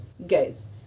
Guys